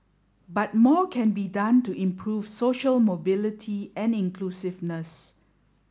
but more can be done to improve social mobility and inclusiveness